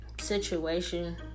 situation